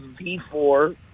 V4